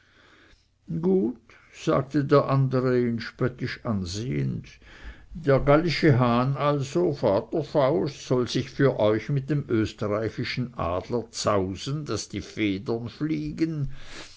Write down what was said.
gut sagte der andere ihn spöttisch ansehend der gallische hahn also vater fausch soll sich für euch mit dem österreichischen adler zausen daß die federn fliegen